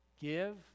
give